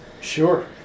Sure